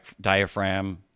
diaphragm